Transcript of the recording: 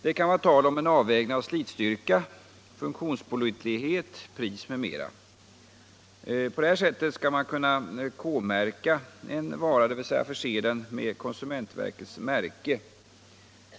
Det kan vara tal om en avvägning av slitstyrka, funktionspålitlighet, pris m.m. På detta sätt skall en vara kunna K-märkas, dvs. förses med konsumentverkets märke.